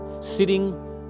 sitting